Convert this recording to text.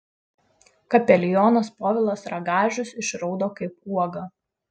kapelionas povilas ragažius išraudo kaip uoga